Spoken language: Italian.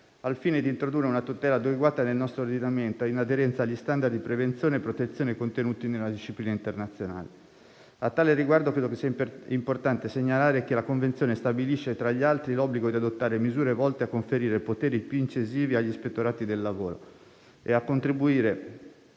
al fine di introdurre una tutela adeguata del nostro ordinamento e in aderenza agli standard di prevenzione e protezione contenuti nella disciplina internazionale. A tale riguardo credo che sia importante segnalare che la convenzione stabilisce, tra gli altri, l'obbligo di adottare misure volte a conferire poteri più incisivi agli ispettorati del lavoro e ad attribuire